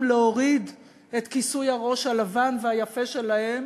להוריד את כיסוי הראש הלבן והיפה שלהם